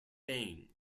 bain